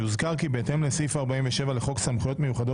יוזכר כי בהתאם לסעיף 47 לחוק סמכויות מיוחדות